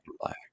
Black